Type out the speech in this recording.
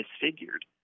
disfigured